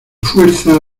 fuerza